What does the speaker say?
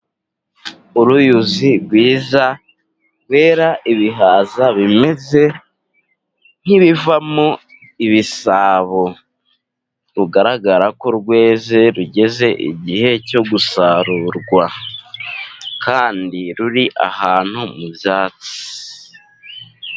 Uruyuzi rwiza rwera ibihaza bimeze nk'ibivamo ibisabo, rugaragara ko rweze, rugeze igihe cyo gusarurwa, kandi ruri ahantu mu byatsi.